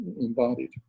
embodied